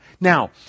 now